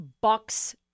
bucks